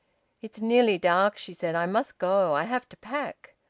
it's nearly dark, she said. i must go! i have to pack.